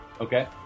Okay